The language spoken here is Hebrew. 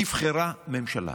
נבחרה ממשלה